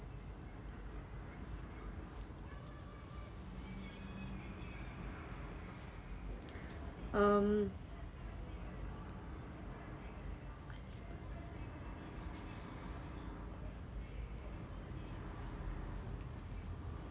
um